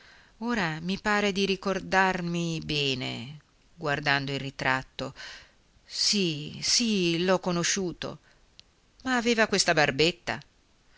ora mi pare di ricordarmi bene guardando il ritratto sì sì l'ho conosciuto ma aveva questa barbetta